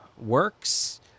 works